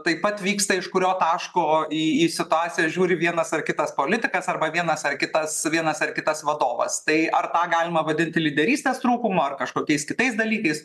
taip pat vyksta iš kurio taško į į situaciją žiūri vienas ar kitas politikas arba vienas ar kitas vienas ar kitas vadovas tai ar tą galima vadinti lyderystės trūkumu ar kažkokiais kitais dalykais